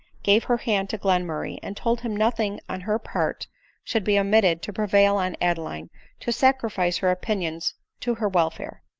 gave her hand to glen murray. and told him nothing on her part should be omitted to prevail on adeline to sacrifice her opinions to her welfare.